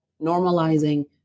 Normalizing